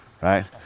right